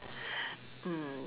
mm